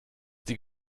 die